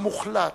המוחלט,